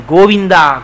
Govinda